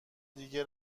دیگه